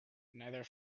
neither